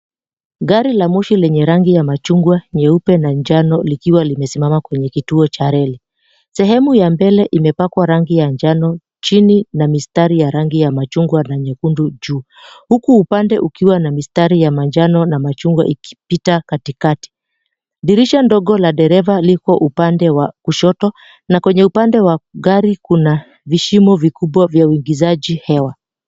Gari la moshi lenye rangi ya machungwa, nyeupe na njano likiwa limesimama kwenye kituo cha reli. Sehemu ya mbele imepakwa rangi ya njano chini na mistari ya rangi ya machungwa na nyekundu juu. Huku upande ukiwa na mistari ya manjano na machungwa ikipita katikati. Dirisha ndogo la dereva liko upande wa kushoto na kwenye upande wa gari kuna vishimo vikubwa vya uingizaji hewa.